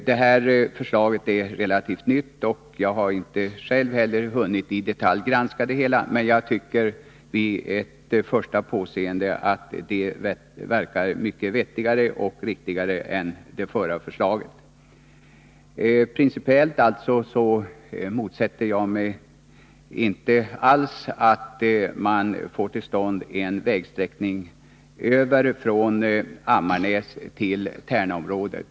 Det här förslaget är relativt nytt, och jag har inte själv hunnit granska det i detalj, men vid ett första påseende tycker jag att det verkar mycket vettigare och riktigare än det förra förslaget. Principiellt motsätter jag mig således inte alls att man får till stånd en vägsträckning över från Ammarnäs till Tärnaområdet.